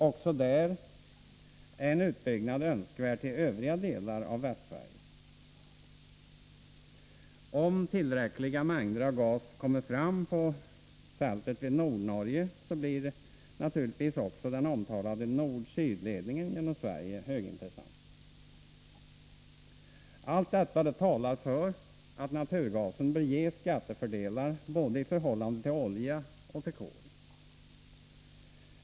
Också i det fallet är en utbyggnad önskvärd till övriga delar av Västsverige.Om tillräckliga mängder gas kommer fram på fälten vid Nordnorge blir naturligtvis också den omtalade nord-syd-ledningen genom Sverige högintressant. Allt detta talar för att naturgasen bör ges skattefördelar i förhållande till både olja och kol.